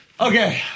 Okay